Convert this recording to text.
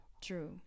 True